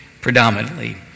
predominantly